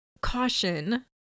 caution